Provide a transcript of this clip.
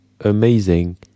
amazing